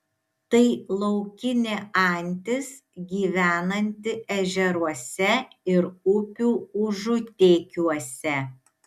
tai laukinė antis gyvenanti ežeruose ir upių užutėkiuose